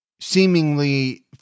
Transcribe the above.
seemingly